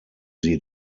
sie